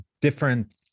different